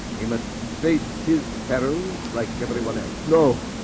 he must face his peril like everyone else. no.